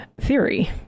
theory